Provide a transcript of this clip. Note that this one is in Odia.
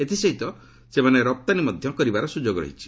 ଏଥିସହିତ ସେମାନେ ରପ୍ତାନୀ ମଧ୍ୟ କରିବାର ସ୍ରଯୋଗ ରହିଛି